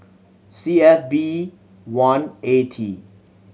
C F B one A T